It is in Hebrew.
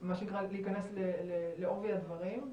מה שנקרא להיכנס לעובי הדברים.